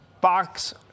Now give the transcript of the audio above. box